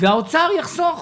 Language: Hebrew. והאוצר יחסוך,